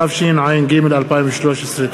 התשע"ג 2013,